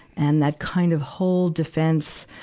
and that kind of whole defense,